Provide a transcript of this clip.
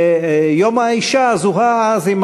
יום האישה זוהה אז עם